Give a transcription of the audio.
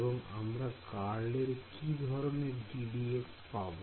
এবং আমরা কারল এর কি ধরনের ddx পাব